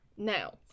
Now